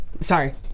Sorry